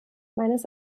meines